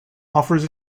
offers